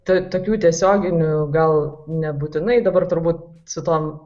tai tokių tiesioginių gal nebūtinai dabar turbūt su tom